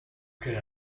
can